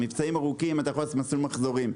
מבצעים ארוכים אתה יכול לעשות מסלול מחזורים.